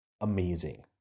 amazing